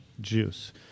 juice